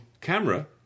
camera